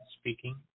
speaking